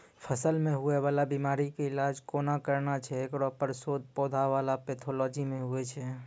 फसलो मे हुवै वाला बीमारी के इलाज कोना करना छै हेकरो पर शोध पौधा बला पैथोलॉजी मे हुवे छै